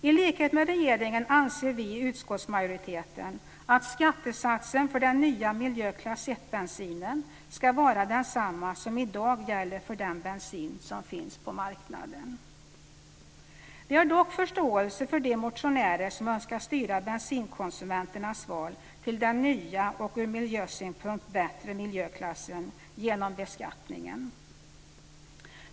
I likhet med regeringen anser vi i utskottsmajoriteten att skattesatsen för den nya miljöklass 1 bensinen ska vara densamma som i dag gäller för den bensin som finns på marknaden. Vi har dock förståelse för de motionärer som önskar styra bensinkonsumenternas val till den nya och ur miljösynpunkt bättre miljöklassen genom beskattningen.